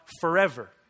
Forever